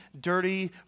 dirty